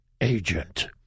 agent